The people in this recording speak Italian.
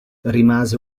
rimase